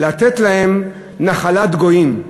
לתת להם נחלת גויים.